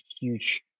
huge